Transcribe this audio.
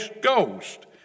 Ghost